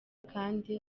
kandi